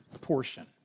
portion